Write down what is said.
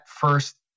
first